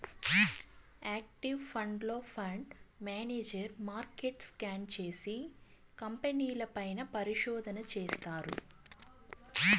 active ఫండ్లో, fund manager మార్కెట్ను scan చేసి, కంపెనీల పైన పరిశోధన చేస్తారు